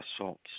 assaults